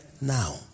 Now